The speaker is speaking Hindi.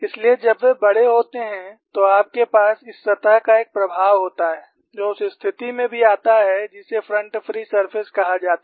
इसलिए जब वे बड़े होते हैं तो आपके पास इस सतह का एक प्रभाव होता है जो उस स्थिति में भी आता है जिसे फ्रंट फ्री सरफेस कहा जाता है